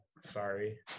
sorry